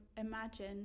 imagine